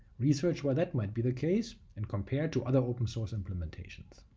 research why that might be the case, and compare to other open source implementations.